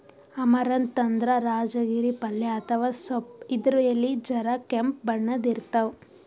amaranth ಅಂದ್ರ ರಾಜಗಿರಿ ಪಲ್ಯ ಅಥವಾ ಸೊಪ್ಪ್ ಇದ್ರ್ ಎಲಿ ಜರ ಕೆಂಪ್ ಬಣ್ಣದ್ ಇರ್ತವ್